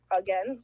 again